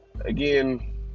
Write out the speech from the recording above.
again